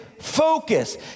focus